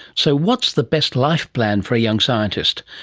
so what's the best life plan for a young scientist?